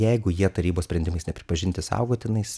jeigu jie tarybos sprendimais nepripažinti saugotinais